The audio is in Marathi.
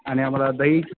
आणि आम्हाला दही